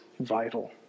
vital